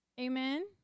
Amen